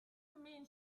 mean